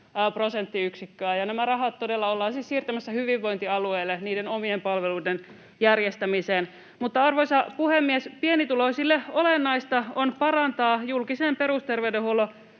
prosenttiyksikköä. Ja nämä rahat todella ollaan siis siirtämässä hyvinvointialueelle niiden omien palveluiden järjestämiseen. Arvoisa puhemies! Pienituloisille olennaista on parantaa julkisen perusterveydenhuollon